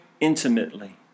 intimately